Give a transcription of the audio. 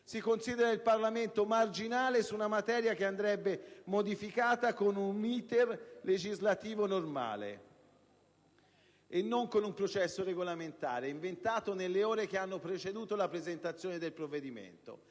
Si considera il Parlamento marginale su una materia che andrebbe modificata con un *iter* legislativo normale e non con un processo regolamentare, inventato nelle ore che hanno preceduto la presentazione del provvedimento.